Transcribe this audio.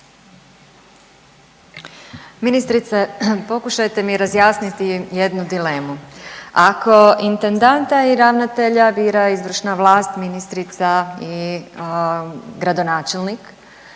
Ministrice pokušajte mi razjasniti jednu dilemu. Ako intendanta i ravnatelja bira izvršna vlast, ministrica i gradonačelnik